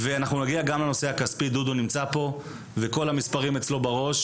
אנחנו נגיע גם לנושא הכספי דודו מלכא נמצא פה וכל המספרים אצלו בראש